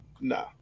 Nah